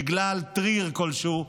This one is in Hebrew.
בגלל טריגר כלשהו,